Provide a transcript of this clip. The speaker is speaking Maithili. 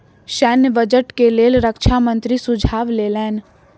सैन्य बजट के लेल रक्षा मंत्री सुझाव लेलैन